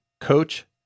coach